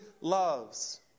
loves